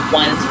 one